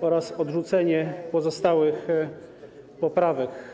oraz odrzucenie pozostałych poprawek.